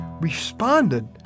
responded